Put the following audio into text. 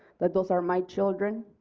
that those are my children.